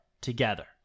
together